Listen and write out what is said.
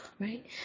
Right